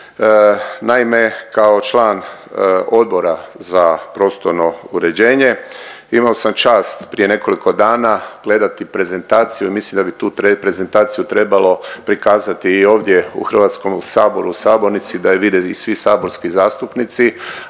Naime, kao član Odbora za prostorno uređenje imao sam čast prije nekoliko dana gledati prezentaciju. Mislim da bi tu prezentaciju trebalo prikazati i ovdje u Hrvatskom saboru, u sabornici da je vide i svi saborski zastupnici